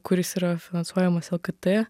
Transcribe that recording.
kuris yra finansuojamas lkt